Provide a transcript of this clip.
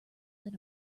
than